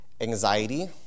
anxiety